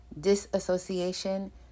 disassociation